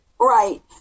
Right